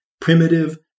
primitive